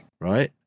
right